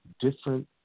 different